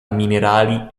minerali